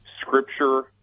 scripture